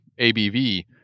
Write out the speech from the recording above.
ABV